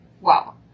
wow